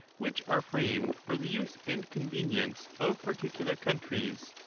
which are framed for the use and convenience of par ticular countries,